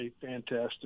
fantastic